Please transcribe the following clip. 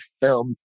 film